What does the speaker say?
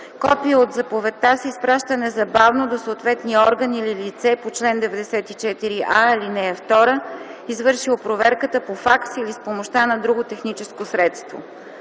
Копие от заповедта се изпраща незабавно до съответния орган или лице по чл. 94а, ал. 2, извършил проверката, по факс или с помощта на друго техническо средство.